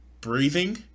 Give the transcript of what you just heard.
breathing